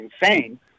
insane